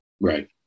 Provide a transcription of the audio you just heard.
Right